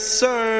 sir